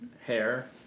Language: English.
hair